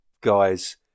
guys